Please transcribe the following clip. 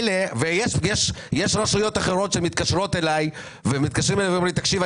יש רשויות אחרות שמתקשרות אלי ואומרים לי: תקשיב,